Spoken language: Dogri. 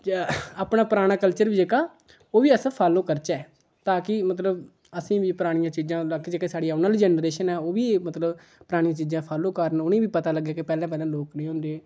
जां अपना पराना कल्चर बी जेह्का ओह् बी अस फालो करचै तां कि मतलब असें बी परनियें चीजें दा जेह्की साढ़ी औने आह्ली जनरेशन ऐ ओह् बी मतलब परानी चीजां फालो करन उ'नें बी पता लग्गै कि पैह्ले पैह्ले लोक कनेह् होंदे हे